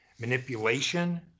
manipulation